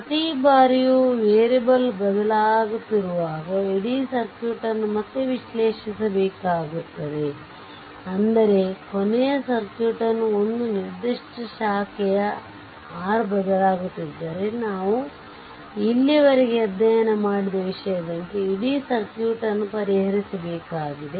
ಪ್ರತಿ ಬಾರಿಯೂ ವೇರಿಯೇಬಲ್ ಬದಲಾಗುತ್ತಿರುವಾಗ ಇಡೀ ಸರ್ಕ್ಯೂಟ್ ಅನ್ನು ಮತ್ತೆ ವಿಶ್ಲೇಷಿಸಬೇಕಾಗುತ್ತದೆ ಅಂದರೆ ಕೊನೆಯ ಸರ್ಕ್ಯೂಟ್ನ ಒಂದು ನಿರ್ದಿಷ್ಟ ಶಾಖೆಯ R ಬದಲಾಗುತ್ತಿದ್ದರೆ ನಾವು ಇಲ್ಲಿಯವರೆಗೆ ಅಧ್ಯಯನ ಮಾಡಿದ ವಿಷಯದಂತೆ ಇಡೀ ಸರ್ಕ್ಯೂಟ್ ಅನ್ನು ಪರಿಹರಿಸಬೇಕಾಗಿದೆ